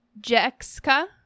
Jexka